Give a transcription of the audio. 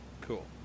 Cool